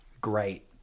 Great